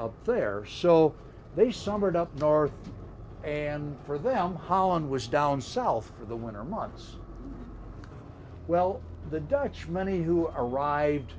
up there so they summered up north and for them holland was down south for the winter months well the dutch many who are arrived